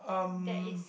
um